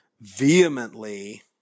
vehemently